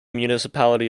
municipality